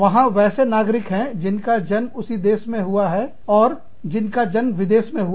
वहां वैसे नागरिक हैं जिनका जन्म उसी देश में हुआ है और जिनका जन्म विदेश में हुआ है